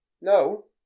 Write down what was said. no